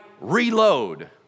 reload